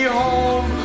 home